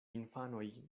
infanoj